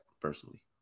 personally